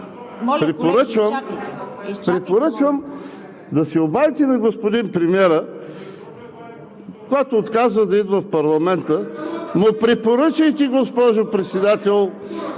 Препоръчвам да се обадите на господин премиера, който отказва да идва в парламента, и му препоръчайте, госпожо Председател,